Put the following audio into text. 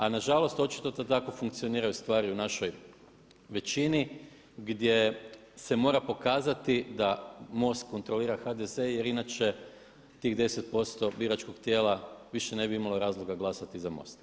A nažalost, očito to tako funkcioniraju stvari u našoj većini gdje se mora pokazati da MOST kontrolira HDZ jer inače tih 10% biračkog tijela više ne bi imalo razloga glasati za MOST.